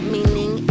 Meaning